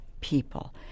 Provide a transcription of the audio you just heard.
people